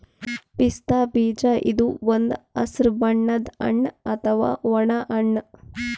ಪಿಸ್ತಾ ಬೀಜ ಇದು ಒಂದ್ ಹಸ್ರ್ ಬಣ್ಣದ್ ಹಣ್ಣ್ ಅಥವಾ ಒಣ ಹಣ್ಣ್